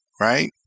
Right